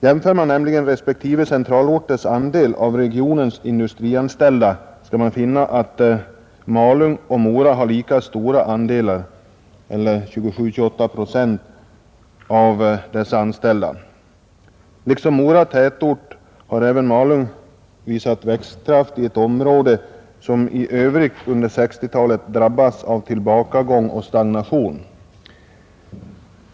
Jämför man nämligen respektive centralorters andel av regionens industrianställda skall man finna att Malung och Mora har lika stora andelar, eller 27—28 procent, av dessa anställda. Liksom Mora tätort har även Malung visat växtkraft i ett område som för övrigt under 1960-talet drabbats av tillbakagång eller stagnation.